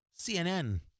CNN